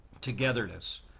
togetherness